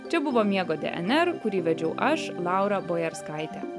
čia buvo miego dėener kurį vedžiau aš laura bojarskaitė